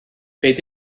beth